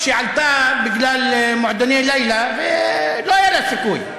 כשעלתה בגלל מועדוני לילה ולא היה לה סיכוי,